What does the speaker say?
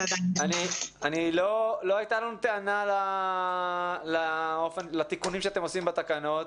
לא הייתה לנו טענה לתיקונים שאתם עושים בתקנות.